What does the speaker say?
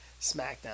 SmackDown